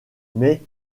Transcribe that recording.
mais